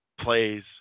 plays